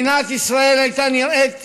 מדינת ישראל הייתה נראית